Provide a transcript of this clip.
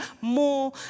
more